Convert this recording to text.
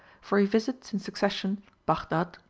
for he visits in succession baghdad,